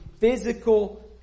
physical